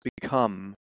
become